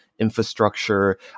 infrastructure